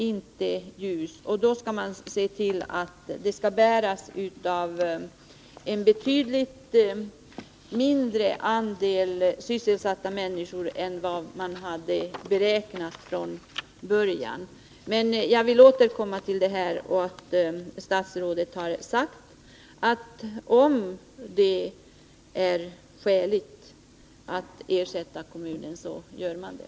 Man måste också ta hänsyn till att kostnaderna skall bäras av en betydligt mindre andel sysselsatta människor än vad man hade räknat med från början. Jag vill emellertid avslutningsvis erinra om att statsrådet har sagt att man, om man inom regeringen finner det skäligt att ersätta kommunen, också skall göra det.